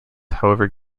however